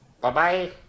Bye-bye